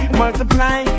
multiply